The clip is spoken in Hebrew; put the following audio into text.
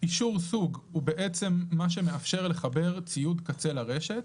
אישור סוג הוא מה שמאפשר לחבר ציוד קצה לרשת.